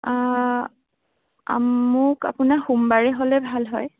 অ' মোক আপোনাৰ সোমবাৰে হ'লে ভাল হয়